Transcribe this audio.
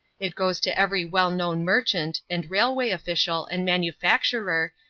it goes to every well-known merchant, and railway official, and manufacturer,